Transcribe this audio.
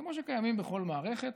כמו שקיימים בכל מערכת.